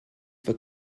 for